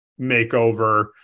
makeover